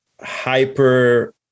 hyper